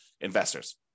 investors